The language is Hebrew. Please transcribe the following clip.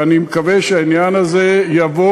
ואני מקווה שהעניין הזה יבוא,